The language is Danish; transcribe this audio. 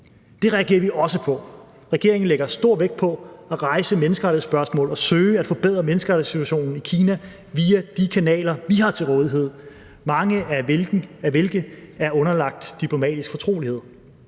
Det reagerer vi også på. Regeringen lægger stor vægt på at rejse menneskerettighedsspørgsmålet og søge at forbedre menneskerettighedssituationen i Kina via de kanaler, vi har til rådighed, mange af hvilke er underlagt diplomatisk fortrolighed.